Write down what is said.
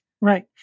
right